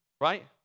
Right